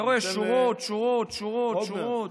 אתה רואה שורות, שורות, שורות.